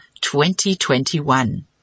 2021